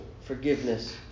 forgiveness